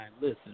listen